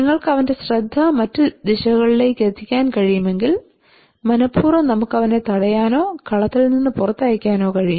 നിങ്ങൾക്ക് അവന്റെ ശ്രദ്ധ മറ്റ് ദിശകളിലേക്ക് എത്തിക്കാൻ കഴിയുമെങ്കിൽ മനപൂർവ്വം നമുക്ക് അവനെ തടയാനോ കളത്തിൽ നിന്ന് പുറത്തു അയയ്ക്കാനോ കഴിയും